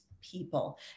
people